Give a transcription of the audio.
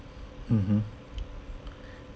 mmhmm